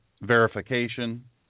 verification